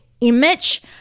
image